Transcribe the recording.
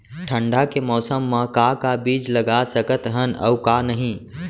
ठंडा के मौसम मा का का बीज लगा सकत हन अऊ का नही?